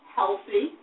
healthy